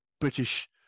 British